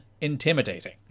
intimidating